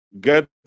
get